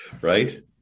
Right